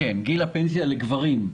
גיל הפנסיה לגברים.